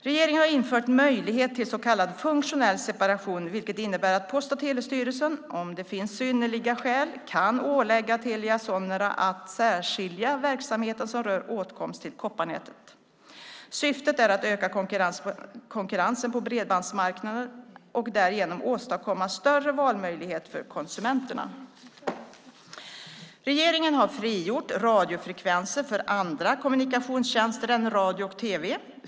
Regeringen har infört möjlighet till så kallad funktionell separation vilket innebär att Post och telestyrelsen, om det finns synnerliga skäl, kan ålägga Telia Sonera att särskilja verksamhet som rör åtkomst till kopparnätet. Syftet är att öka konkurrensen på bredbandsmarknaden och därigenom åstadkomma större valmöjlighet för konsumenterna. Regeringen har frigjort radiofrekvenser för andra kommunikationstjänster än radio och tv.